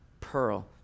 pearl